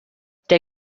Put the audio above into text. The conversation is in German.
der